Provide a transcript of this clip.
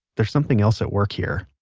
there's something else at work here